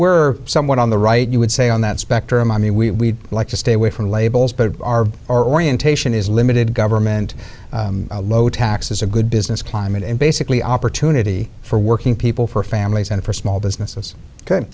we're somewhat on the right you would say on that spectrum i mean we like to stay away from labels but our our orientation is limited government low taxes a good business climate and basically opportunity for working people for families and for small businesses ok